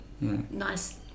nice